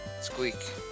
squeak